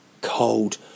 cold